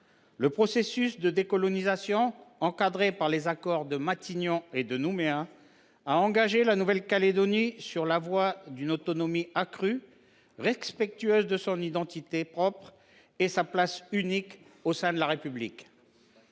Le processus de décolonisation, encadré par les accords de Matignon et de Nouméa, a engagé la Nouvelle Calédonie sur la voie d’une autonomie accrue, respectueuse de son identité propre et de sa place unique au sein de la République.